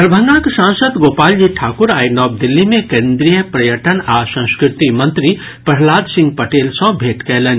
दरभंगाक सांसद गोपालजी ठाकुर आइ नव दिल्ली मे केन्द्रीय पर्यटन आ संस्कृति मंत्री प्रहलाद सिंह पटेल सॅ भेंट कयलनि